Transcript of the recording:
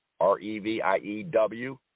r-e-v-i-e-w